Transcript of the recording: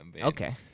Okay